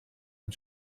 and